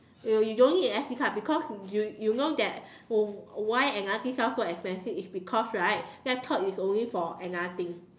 oh you don't need a S_D card because you you know that why another thing sell so expensive it's because right laptop it's only for another thing